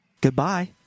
Goodbye